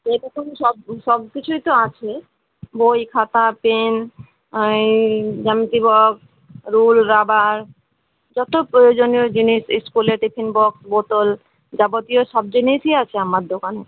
সেই রকমই সব সব কিছুই তো আছে বই খাতা পেন এই জ্যামিতি বক্স রুল রাবার যতো প্রয়োজনীয় জিনিস স্কুলে টিফিন বক্স বোতল যাবতীয় সব জিনিসই আছে আমার দোকানে